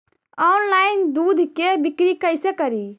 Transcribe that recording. Online दुध के बिक्री कैसे करि?